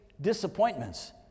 disappointments